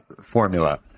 formula